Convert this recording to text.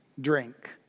drink